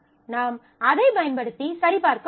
நாம் அதைப் பயன்படுத்தி சரிபார்க்க முடியும்